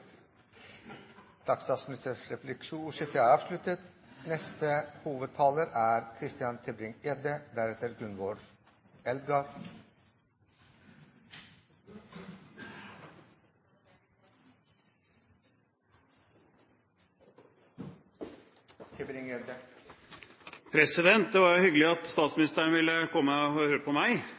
er avsluttet. Det var jo hyggelig at statsministeren ville komme og høre på meg.